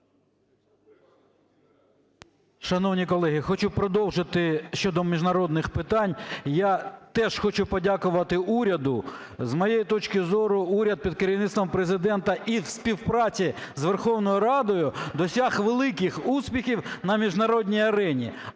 Шановні колеги, хочу продовжити щодо міжнародних питань. Я теж хочу подякувати уряду. З моєї точки зору, уряд під керівництвом Президента і в співпраці з Верховною Радою досяг великих успіхів на міжнародній арені.